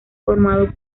formado